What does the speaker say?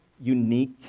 unique